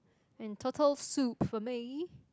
and turtle soup for me